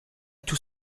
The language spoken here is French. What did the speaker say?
tout